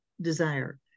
desire